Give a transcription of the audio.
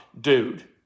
dude